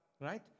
Right